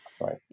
Right